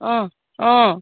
অঁ অঁ